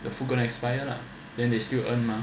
the food going to expire lah then they still earn mah